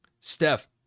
Steph